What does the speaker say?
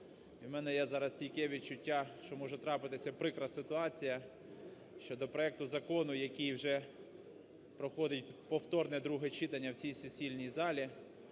у мене є зараз стійке відчуття, що може трапитися прикра ситуація, що до проекту Закону, який вже проходить повторне друге читання в цій сесійній залі,